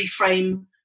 reframe